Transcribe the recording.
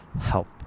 help